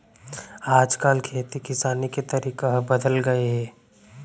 आज काल खेती किसानी के तरीका ह बदल गए हे